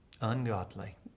Ungodly